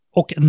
och